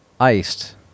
iced